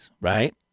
Right